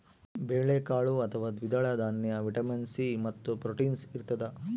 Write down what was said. ಬೇಳೆಕಾಳು ಅಥವಾ ದ್ವಿದಳ ದಾನ್ಯ ವಿಟಮಿನ್ ಸಿ ಮತ್ತು ಪ್ರೋಟೀನ್ಸ್ ಇರತಾದ